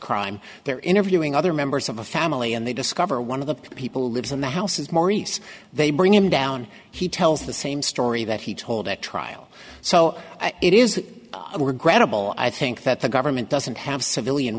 crime they're interviewing other members of the family and they discover one of the people who lives in the house is maurice they bring him down he tells the same story that he told at trial so it is more gravel i think that the government doesn't have civilian